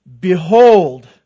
Behold